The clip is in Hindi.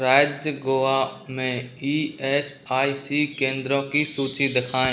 राज्य गोवा में ई एस आई सी केंद्रों की सूची दिखाएँ